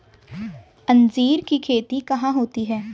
अंजीर की खेती कहाँ होती है?